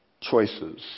choices